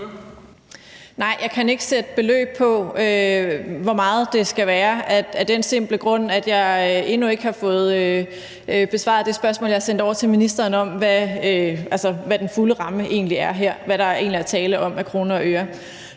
Nej, jeg kan ikke sætte beløb på, i forhold til hvor meget det skal være, af den simple grund, at jeg endnu ikke har fået besvaret det spørgsmål, jeg har sendt over til ministeren, om, hvad den fulde ramme egentlig er her, altså hvad der egentlig er tale om af kroner og øre.